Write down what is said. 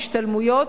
השתלמויות,